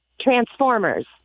Transformers